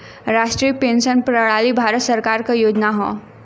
राष्ट्रीय पेंशन प्रणाली भारत सरकार क योजना हौ